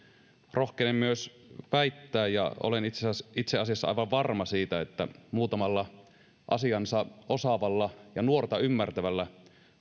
rohkenen myös väittää ja olen itse asiassa aivan varma siitä että muutamalla asiansa osaavalla ja nuorta ymmärtävällä